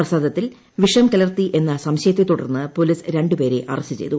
പ്രസാദത്തിൽ വിഷം കലർത്തി എന്നു സംശയത്തെ തുടർന്ന് പോലീസ് രണ്ടുപേരെ അറസ്റ്റ് പ്രിച്ചെയ്തു